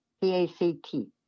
P-A-C-T